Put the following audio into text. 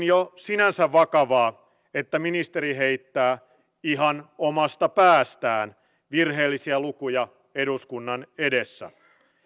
poikkeustilanteet kuten tämänhetkinen turvapaikanhakijoiden määrän huomattava lisääntyminen lisäävät myös poliisin tehtäväkentän moninaisuutta entisestään